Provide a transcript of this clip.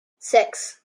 six